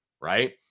Right